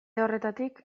horretatik